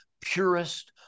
purest